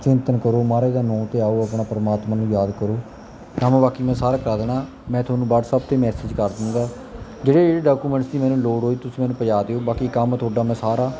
ਚਿੰਤਨ ਕਰੋ ਮਹਾਰਾਜ ਦਾ ਨਾਮ ਧਿਆਓ ਆਪਣਾ ਪਰਮਾਤਮਾ ਨੂੰ ਯਾਦ ਕਰੋ ਕੰਮ ਬਾਕੀ ਮੈਂ ਸਾਰਾ ਕਰਾ ਦੇਣਾ ਮੈਂ ਤੁਹਾਨੂੰ ਵਟਸਐਪ 'ਤੇ ਮੈਸੇਜ ਕਰ ਦੂੰਗਾ ਜਿਹੜੇ ਡਾਕੂਮੈਂਟ ਸੀ ਮੈਨੂੰ ਲੋੜ ਹੋਈ ਤੁਸੀਂ ਮੈਨੂੰ ਪਜਾ ਦਿਓ ਬਾਕੀ ਕੰਮ ਤੁਹਾਡਾ ਮੈਂ ਸਾਰਾ